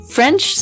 French